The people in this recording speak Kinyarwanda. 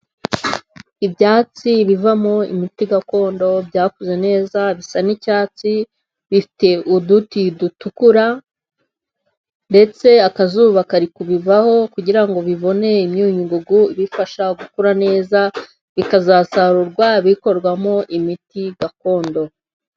Ibyatsi bivamo imiti gakondo byakuze neza bisa n'icyatsi bifite uduti dutukura; ndetse akazuba kari kubivaho kugirango bibone imyunyu ngugu ibifasha gukura neza, bikazasarurwa bikorwamo imiti gakondo.